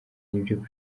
n’ibyo